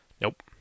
Nope